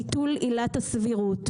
ביטול עילת הסבירות,